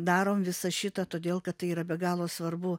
darom visą šitą todėl kad tai yra be galo svarbu